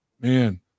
man